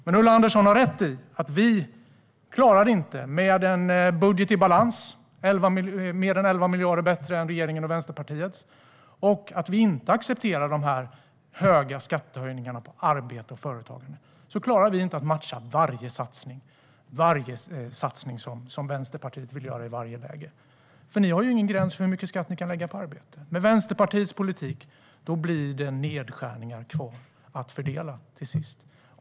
Men Ulla Andersson har rätt i att vi med en budget i balans - mer än 11 miljarder bättre än regeringens och Vänsterpartiets - inte accepterar de stora skattehöjningarna på arbete och företag. Vi klarar inte att matcha varje satsning som Vänsterpartiet vill göra i varje läge. Ni har ingen gräns för hur mycket skatt ni kan lägga på arbete. Med Vänsterpartiets politik blir det till sist nedskärningar kvar att fördela.